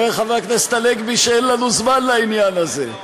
אומר חבר הכנסת הנגבי שאין לנו זמן לעניין הזה.